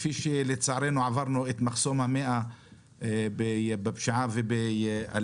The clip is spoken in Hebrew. עברנו את ה-300 כפי שלצערנו עברנו את מחסום ה-100 בפשיעה ובאלימות.